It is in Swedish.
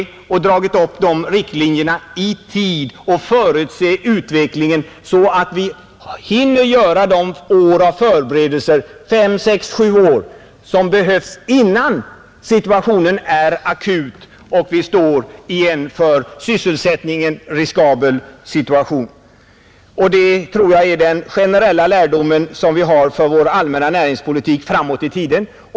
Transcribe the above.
Vi måste ha dragit upp riktlinjerna i tid och förutsett utvecklingen, så att vi hinner med de år av förberedelser — fem sex sju år — som behövs innan situationen är akut och vi står i ett för sysselsättningen riskabelt läge. Detta tror jag är den generella lärdom som vi måste dra av varvsutvecklingen och som vi behöver ta vara på för vår allmänna näringspolitik framåt i tiden.